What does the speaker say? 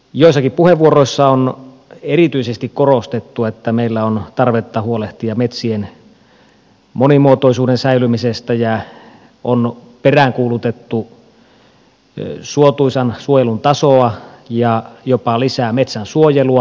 joissakin puheenvuoroissa on erityisesti korostettu että meillä on tarvetta huolehtia metsien monimuotoisuuden säilymisestä ja on peräänkuulutettu suotuisan suojelun tasoa ja jopa lisää metsänsuojelua